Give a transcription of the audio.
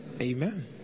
Amen